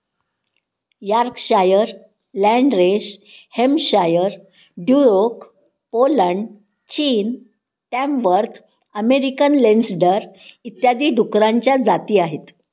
Yorkshire, Landrace Hampshire, Duroc Poland, चीन, Tamworth American लेन्सडर इत्यादी डुकरांच्या जाती आहेत